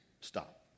Stop